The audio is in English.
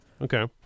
Okay